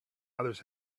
others